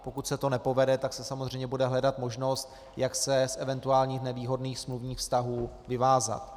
Pokud se to nepovede, tak se samozřejmě bude hledat možnost, jak se z eventuálně nevýhodných smluvních vztahů vyvázat.